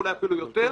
אולי אפילו יותר.